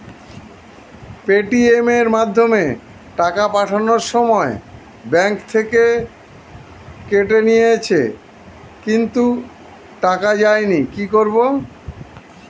Paytm এর মাধ্যমে টাকা পাঠানোর সময় ব্যাংক থেকে কেটে নিয়েছে কিন্তু টাকা যায়নি কি করব?